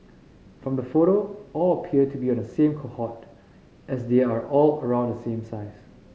from the photo all appear to be of the same cohort as they are all around the same size